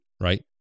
right